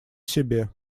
себе